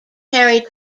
harry